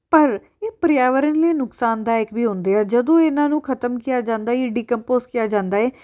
ਪਰ ਇਹ ਪਰਿਆਵਰਨ ਲਈ ਨੁਕਸਾਨਦਾਇਕ ਵੀ ਹੁੰਦੇ ਆ ਜਦੋਂ ਇਹਨਾਂ ਨੂੰ ਖ਼ਤਮ ਕੀਆ ਜਾਂਦਾ ਹੈ ਜਾਂ ਡੀਕੰਪੋਜ਼ ਕੀਆ ਜਾਂਦਾ ਹੈ